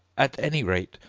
at any rate,